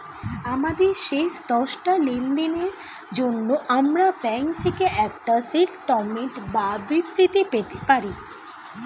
আমাদের শেষ দশটা লেনদেনের জন্য আমরা ব্যাংক থেকে একটা স্টেটমেন্ট বা বিবৃতি পেতে পারি